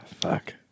Fuck